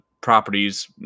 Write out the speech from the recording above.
properties